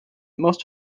most